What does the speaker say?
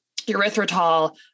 erythritol